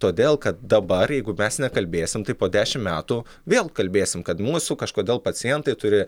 todėl kad dabar jeigu mes nekalbėsim tai po dešimt metų vėl kalbėsim kad mūsų kažkodėl pacientai turi